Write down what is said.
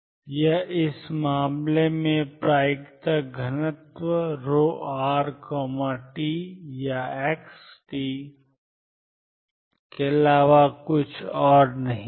यह इस मामले में प्रायिकता घनत्व ρrt या xt के अलावा और कुछ नहीं है